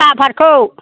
साफादखौ